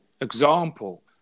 example